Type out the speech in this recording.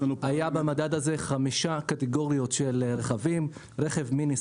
היה במדד הזה חמש קטגוריות של רכבים: רכב מיני,